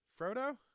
Frodo